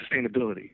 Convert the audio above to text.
sustainability